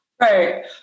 Right